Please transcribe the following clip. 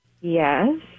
Yes